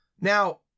Now